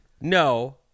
No